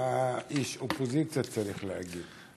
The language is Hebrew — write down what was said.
מה איש אופוזיציה צריך להגיד?